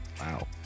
Wow